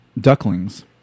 Ducklings